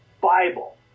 Bible